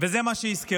וזה מה שיזכרו